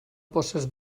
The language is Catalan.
poses